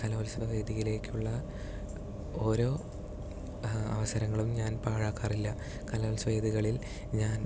കലോൽസവ വേദിയിലേക്കുള്ള ഓരോ അവസരങ്ങളും ഞാൻ പാഴാക്കാറില്ല കലോൽസവ വേദികളിൽ ഞാൻ